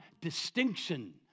distinction